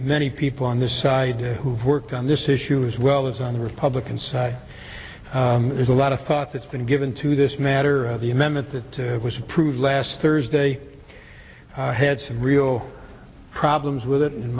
many people on this side who've worked on this issue as well as on the republican side there's a lot of thought that's been given to this matter the amendment that was approved last thursday had some real problems with it